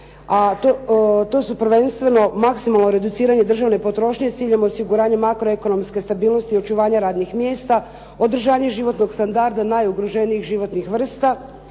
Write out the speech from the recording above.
to su prvenstveno maksimalno reduciranje državne potrošnje s ciljem osiguranja makroekonomske stabilnosti i očuvanja radnih mjesta, održanje životnog standarda najugroženijih skupina